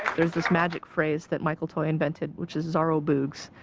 there is this magic phrase that michael toy invented which is zarro boogs,